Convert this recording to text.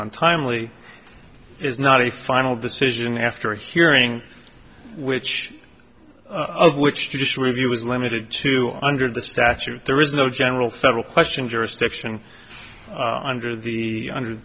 on timely is not a final decision after hearing which of which judicial review was limited to under the statute there is no general federal question jurisdiction under the under